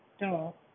No